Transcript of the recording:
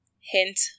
hint